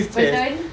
betul